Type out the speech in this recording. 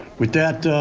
with that,